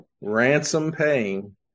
ransom-paying